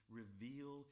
reveal